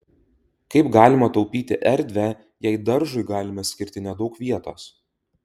kaip galima taupyti erdvę jei daržui galime skirti nedaug vietos